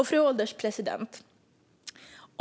Fru ålderspresident!